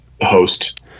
host